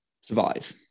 survive